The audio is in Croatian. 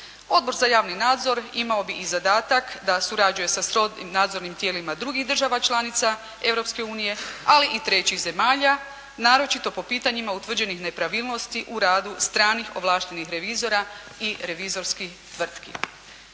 Odbor za javni nadzor imao bi i zadatak da surađuje sa srodnim nadzornima tijelima drugih država članica Europske unije, ali i trećih zemalja, naročito po pitanjima utvrđenih nepravilnosti u radu stranih ovlaštenih revizora i revizorskih tvrtki.